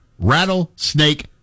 rattlesnake